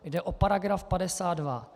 Jde o § 52.